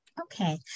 Okay